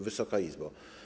Wysoka Izbo!